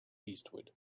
eastward